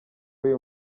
uyu